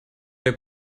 der